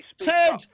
Ted